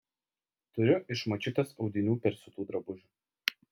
turiu iš močiutės audinių persiūtų drabužių